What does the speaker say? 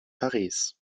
paris